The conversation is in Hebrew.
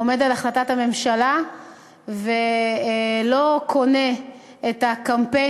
עומד על החלטת הממשלה ולא קונה את הקמפיין